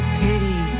pity